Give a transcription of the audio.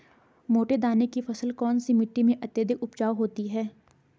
मोटे दाने की फसल कौन सी मिट्टी में अत्यधिक उपजाऊ होती है?